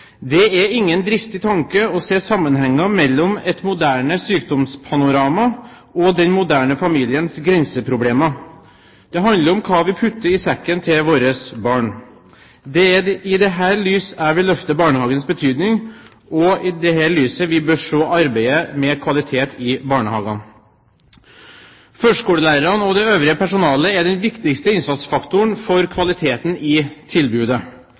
«Det er ingen dristig tanke å se sammenhenger mellom et moderne sykdomspanorama og den moderne familiens grenseproblemer.» Det handler om hva vi putter i sekkene til våre barn. Det er i dette lys jeg vil løfte barnehagens betydning, og i dette lys vi bør se arbeidet med kvalitet i barnehagene. Førskolelærerne og det øvrige personalet er den viktigste innsatsfaktoren for kvaliteten i tilbudet.